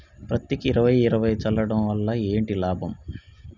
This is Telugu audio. పత్తికి ఇరవై ఇరవై చల్లడం వల్ల ఏంటి లాభం?